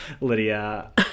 Lydia